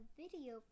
video